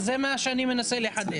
זה מה שאני מנסה לחדד.